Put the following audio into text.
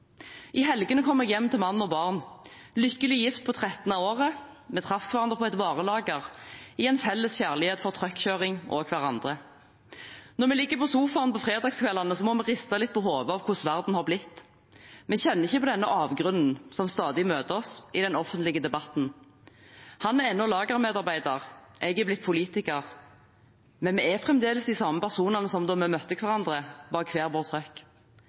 I helgene kommer jeg hjem til mann og barn, lykkelig gift på 13. året. Vi traff hverandre på et varelager, i en felles kjærlighet for truckkjøring og hverandre. Når vi ligger på sofaen på fredagskveldene, må vi riste litt på hodet av hvordan verden har blitt. Vi kjenner ikke på denne avgrunnen som stadig møter oss i den offentlige debatten. Han er ennå lagermedarbeider, jeg er blitt politiker. Men vi er fremdeles de samme personene som da vi møtte hverandre, bak hver